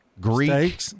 Greek